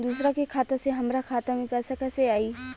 दूसरा के खाता से हमरा खाता में पैसा कैसे आई?